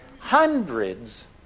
Hundreds